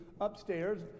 upstairs